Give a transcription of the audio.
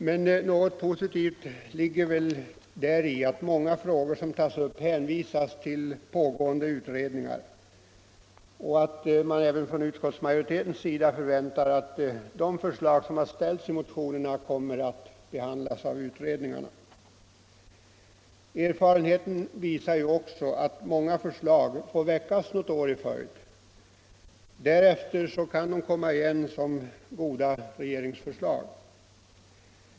Men något positivt ligger väl däri att många frågor som tas upp hänvisas till pågående utredningar och att även utskottsmajoriteten förväntar att de förslag som väckts i motionerna kommer att behandlas av utredningarna. Erfarenheten visar också att många förslag väcks några år i följd och därefter kan komma igen som goda regeringsförslag.